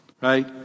right